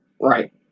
Right